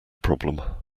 problem